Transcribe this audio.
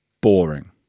boring